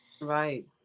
right